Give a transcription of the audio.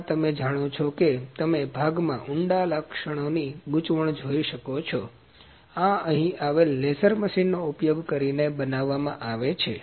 આ તમે જાણો છો કે તમે ભાગમાં ઊંડા લક્ષણોની ગૂંચવણ જોઈ શકો છો આ અહીં આવેલા લેસર મશીન નો ઉપયોગ કરીને બનાવવામાં આવે છે